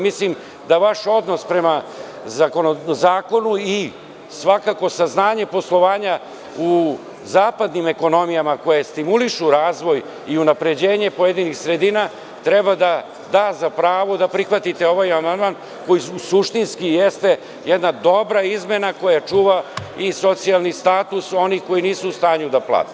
Mislim da vaš odnos prema zakonu i svakako saznanje poslovanja u zapadnim ekonomijama koje stimulišu razvoj i unapređenje pojedinih sredina treba da da za pravo da prihvatite ovaj amandman koji suštinski jeste jedna dobra izmena koja čuva i socijalni status onih koji nisu u stanju da plate.